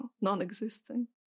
non-existing